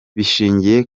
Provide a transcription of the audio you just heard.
bishingiye